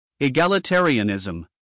Egalitarianism